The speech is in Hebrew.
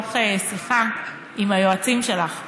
מתוך שיחה עם היועצים שלך,